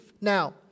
now